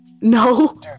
No